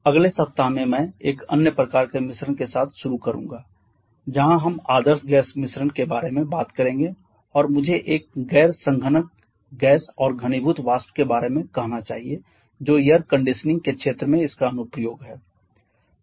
अगले सप्ताह में मैं एक अन्य प्रकार के मिश्रण के साथ शुरू करूंगा जहां हम आदर्श गैस के मिश्रण के बारे में बात करेंगे और मुझे एक गैर संघनक गैस और घनीभूत वाष्प के बारे में कहना चाहिए जो एयर कंडीशनिंग के क्षेत्र में इसका अनुप्रयोग है